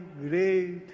great